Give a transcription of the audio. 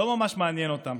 לא ממש מעניין אותם